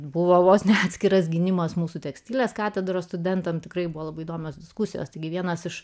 buvo vos ne atskiras gynimas mūsų tekstilės katedros studentams tikrai buvo labai įdomios diskusijos taigi vienas iš